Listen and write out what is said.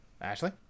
Ashley